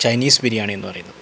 Chinese biryani എന്ന് പറയുന്നത്